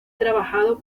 trabajado